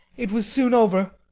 it was soon over.